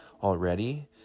already